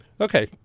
Okay